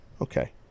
Okay